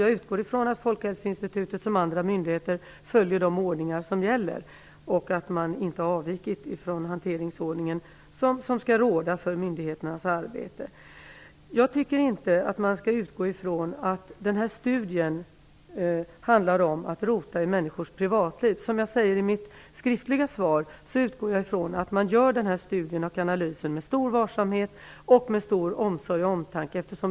Jag utgår ifrån att Folkhälsoinstitutet, liksom andra myndigheter, följer de ordningar som gäller, och att institutet inte har avvikit från den hanteringsordning som skall råda för myndigheternas arbete. Jag tycker inte att studien handlar om att rota i människors privatliv. Som jag skriver i mitt skriftliga svar, utgår jag ifrån att denna studie och analys görs med stor varsamhet och med stor omsorg och omtanke.